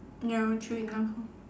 ya true enough lor